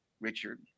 Richard